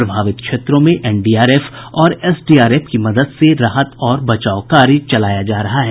प्रभावित क्षेत्रों में एनडीआरएफ और एसडीआरएफ की मदद से राहत और बचाव कार्य चलाया जा रहा है